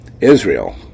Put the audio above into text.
Israel